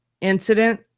incident